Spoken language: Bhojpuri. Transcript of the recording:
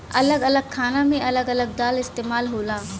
अलग अलग खाना मे अलग अलग दाल इस्तेमाल होला